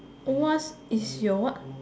what is your what